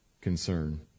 concern